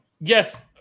yes